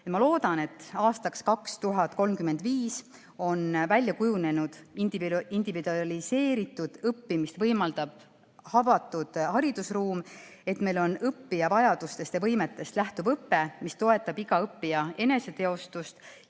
Ma loodan, et aastaks 2035 on välja kujunenud individualiseeritud õppimist võimaldav avatud haridusruum, meil on õppija vajadustest ja võimetest lähtuv õpe, mis toetab iga õppija eneseteostust,